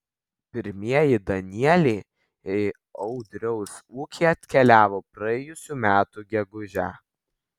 pirmieji danieliai į audriaus ūkį atkeliavo praėjusių metų gegužę